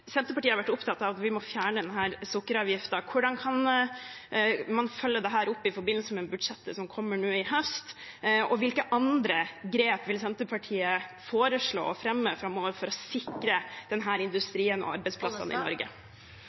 Senterpartiet har vært opptatt av at vi må fjerne denne sukkeravgiften, er: Hvordan kan man følge dette opp i forbindelse med budsjettet som kommer nå i høst? Hvilke andre grep vil Senterpartiet foreslå framover for å sikre denne industrien og arbeidsplassene i Norge?